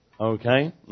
Okay